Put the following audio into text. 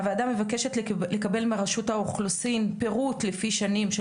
הוועדה מבקשת לקבל מרשות האוכלוסין פירוט לפי שנים של